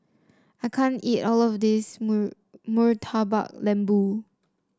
I can't eat all of this Murtabak Lembu